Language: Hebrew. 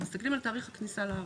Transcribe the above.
אנחנו מסתכלים על תאריך הכניסה לארץ.